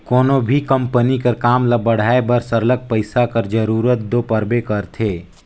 कोनो भी कंपनी कर काम ल बढ़ाए बर सरलग पइसा कर जरूरत दो परबे करथे